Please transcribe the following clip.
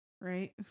Right